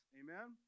amen